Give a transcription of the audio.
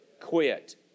quit